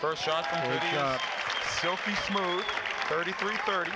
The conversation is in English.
you thirty three thirty